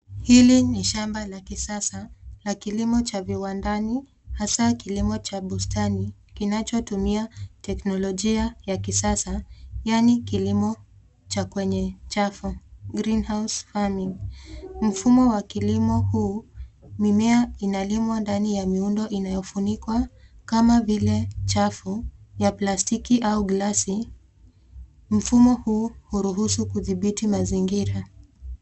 Hili ni shamba la kisasa la kilimo cha viwandani hasa kilimo cha bustani kinachotumia teknolojia ya kisasa yani kilimo cha kwenye chafu, Greenhouse funding mfumo wa kilimo huu mimmea inalimwa ndani ya muundo inayofunikwa kama vile chafu ya plastiki au glasi, mfumo huu hurusu kuthibiti mazingira.